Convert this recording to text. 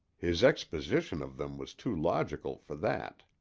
his exposition of them was too logical for that.